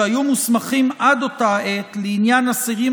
שהיו מוסמכים עד אותה העת לעניין אסירים